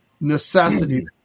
necessity